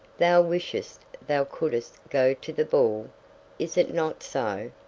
thou wishest thou couldst go to the ball is it not so?